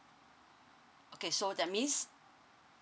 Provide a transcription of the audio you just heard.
okay so that means